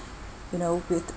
you know with